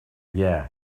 yeah